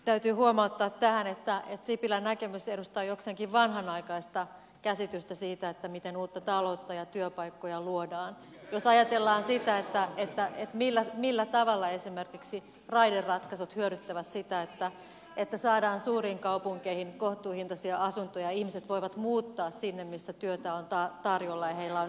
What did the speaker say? täytyy huomauttaa tähän että sipilän näkemys edustaa jokseenkin vanhanaikaista käsitystä siitä miten uutta taloutta ja työpaikkoja luodaan jos ajatellaan sitä millä tavalla esimerkiksi raideratkaisut hyödyttävät sitä että saadaan suuriin kaupunkeihin kohtuuhintaisia asuntoja ja ihmiset voivat muuttaa sinne missä työtä on tarjolla ja heillä on elämisen mahdollisuus